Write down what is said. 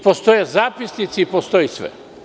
Postoje zapisnici i postoji sve.